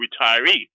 retiree